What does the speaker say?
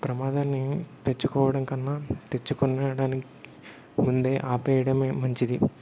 ప్రమాదాన్ని తెచ్చుకోవడం కన్నా తెచ్చి కొన్నాడానికి ముందే ఆపేయడమే మంచిది